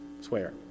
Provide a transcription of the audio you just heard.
Swear